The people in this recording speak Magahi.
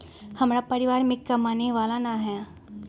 हमरा परिवार में कमाने वाला ना है?